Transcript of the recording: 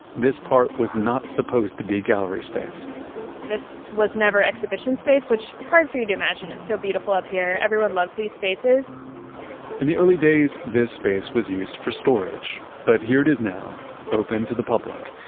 this part was not supposed to be gallery space this was never exhibition space, which is hard for you to imagine, it's so beautiful up here. everyone loves these spaces in the early days, this space was used for storage. but here it is now open to the public,